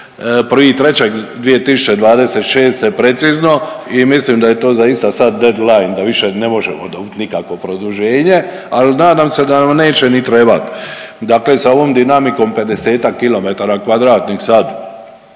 2026., 1.3.2026. precizno i mislim da je to zaista sad deadline da više ne možemo dobit nikako produženje, ali nadam se da nam neće ni trebat. Dakle s ovom dinamikom 50-ak km2 sad